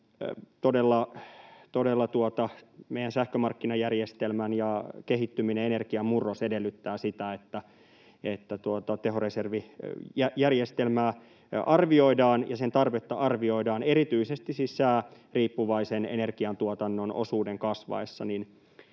Todella meidän sähkömarkkinajärjestelmän kehittyminen ja energian murros edellyttävät sitä, että tehoreservijärjestelmää arvioidaan ja sen tarvetta arvioidaan. Erityisesti siis sääriippuvaisen energiantuotannon osuuden kasvaessa